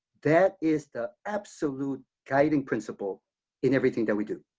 that is the absolute guiding principle in everything that we do.